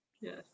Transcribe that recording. Yes